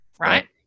right